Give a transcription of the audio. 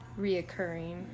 Reoccurring